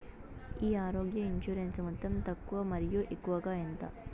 ఈ ఆరోగ్య ఇన్సూరెన్సు మొత్తం తక్కువ మరియు ఎక్కువగా ఎంత?